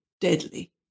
deadly